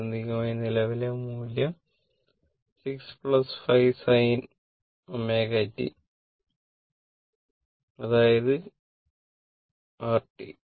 ആത്യന്തികമായി നിലവിലെ മൂല്യം 6 5 sin was t അതായത് r t